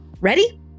Ready